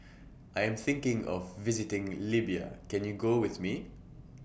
I Am thinking of visiting Libya Can YOU Go with Me